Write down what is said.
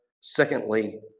Secondly